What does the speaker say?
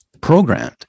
programmed